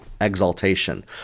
exaltation